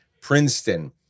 Princeton